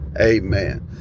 amen